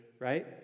right